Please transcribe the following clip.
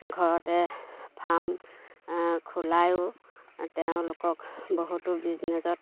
ঘৰতে ফাৰ্ম খোলায়ো তেওঁলোকক বহুতো বিজনেছত